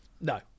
No